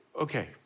Okay